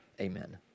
Amen